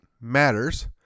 matters